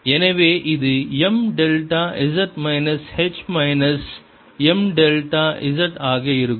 எனவே இது m delta z minus h minus m delta z ஆக இருக்கும்